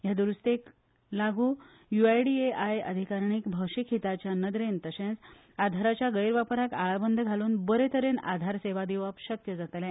ह्या द्रूस्तेक लागू U I D A I अधिकारीणीक भौशिक हीताच्या नदरेन तशेच आधाराच्या गैरवापराक आळाबंद घालून बरे तरेन आधार सेवा दिवप शक्य जातले